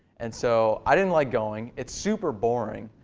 and so i didn't like going. it's super boring.